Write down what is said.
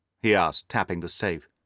he asked, tapping the safe.